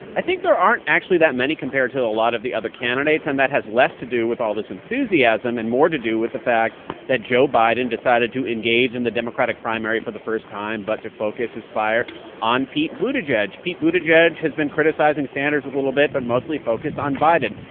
i think there aren't actually that many compared to a lot of the other candidates, and that has less to do with all this enthusiasm and more to do with the fact that joe biden decided to engage in the democratic primary for the first time but to focus his fire on pete buttigieg. pete buttigieg has been criticizing sanders a little bit but mostly focused on biden.